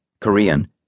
Korean